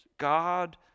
God